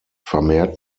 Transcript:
vermehrt